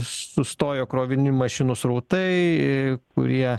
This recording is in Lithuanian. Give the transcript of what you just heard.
sustojo krovininių mašinų srautai kurie